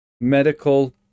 medical